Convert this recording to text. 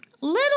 little